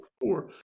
four